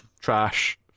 trash